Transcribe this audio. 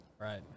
Right